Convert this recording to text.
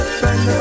friend